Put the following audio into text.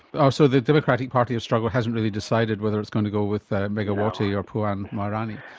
oh, so the democratic party of struggle hasn't really decided whether it's going to go with megawati or puan maharani.